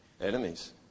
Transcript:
Enemies